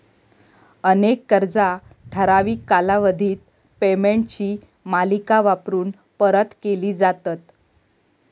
अनेक कर्जा ठराविक कालावधीत पेमेंटची मालिका वापरून परत केली जातत